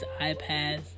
iPads